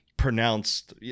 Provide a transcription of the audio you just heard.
pronounced